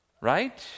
right